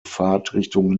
fahrtrichtung